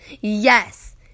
Yes